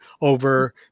over